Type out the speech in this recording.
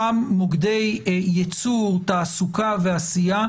אותם מוקדי ייצור, תעסוקה ועשייה,